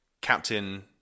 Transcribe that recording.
Captain